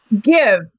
give